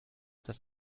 das